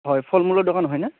হয় ফল মূলৰ দোকান হয়নে